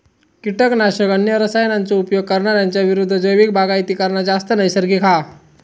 किटकनाशक, अन्य रसायनांचो उपयोग करणार्यांच्या विरुद्ध जैविक बागायती करना जास्त नैसर्गिक हा